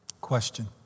question